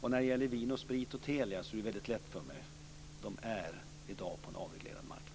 När det gäller Vin & Sprit och Telia är det mycket lätt för mig att ge svar - de är i dag på en avreglerad marknad.